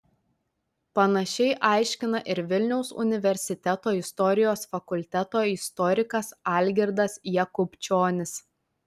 panašiai aiškina ir vilniaus universiteto istorijos fakulteto istorikas algirdas jakubčionis